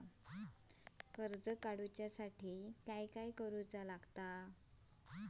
कर्ज काडूच्या साठी काय करुचा पडता?